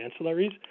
ancillaries